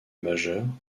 majeur